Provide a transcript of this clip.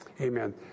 Amen